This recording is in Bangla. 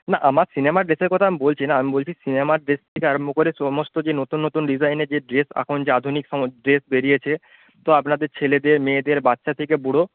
না আমার সিনেমার ড্রেসের কথা আমি বলছি না আমি বলছি সিনেমার ড্রেস থেকে আরম্ভ করে সমস্ত যে নতুন নতুন ডিজাইনের যে ড্রেস এখন যে আধুনিক ড্রেস বেরিয়েছে তো আপনাদের ছেলেদের মেয়েদের বাচ্চা থেকে বুড়ো